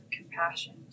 compassion